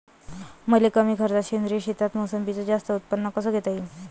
मले कमी खर्चात सेंद्रीय शेतीत मोसंबीचं जास्त उत्पन्न कस घेता येईन?